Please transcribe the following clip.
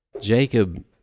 Jacob